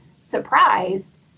surprised